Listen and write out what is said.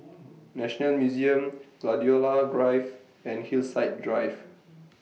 National Museum Gladiola Drive and Hillside Drive